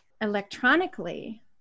electronically